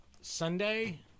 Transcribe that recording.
Sunday